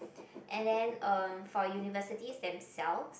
and then uh for universities themselves